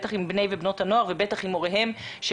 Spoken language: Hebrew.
בטח עם בני ובנות הנוער ובטח עם הוריהם של